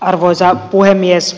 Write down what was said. arvoisa puhemies